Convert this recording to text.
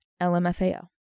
LMFAO